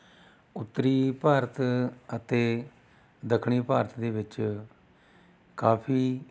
ਉੱਤਰੀ ਭਾਰਤ ਅਤੇ ਦੱਖਣੀ ਭਾਰਤ ਦੇ ਵਿੱਚ ਕਾਫੀ